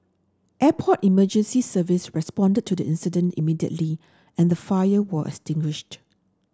Airport Emergency Service responded to the incident immediately and the fire was extinguished